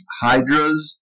hydras